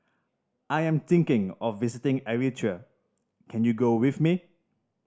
I am thinking of visiting Eritrea can you go with me